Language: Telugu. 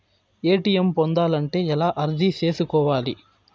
ఎ.టి.ఎం పొందాలంటే ఎలా అర్జీ సేసుకోవాలి?